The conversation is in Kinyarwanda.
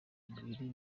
mubiri